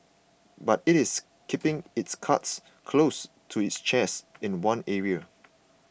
but it is keeping its cards close to its chest in one area